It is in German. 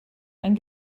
ein